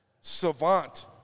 savant